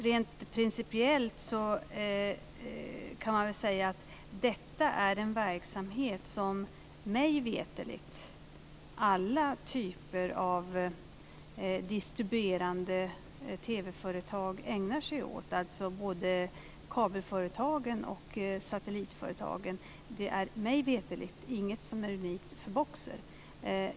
Rent principiellt kan man väl säga att detta är en verksamhet som mig veterligt alla typer av distribuerande TV-företag ägnar sig åt, alltså både kabelföretagen och satellitföretagen. Det är mig veterligt inget som är unikt för Boxer.